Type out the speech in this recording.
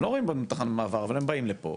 הם לא רואים בנו תחנת מעבר, אבל הם באים לפה,